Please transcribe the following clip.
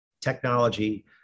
technology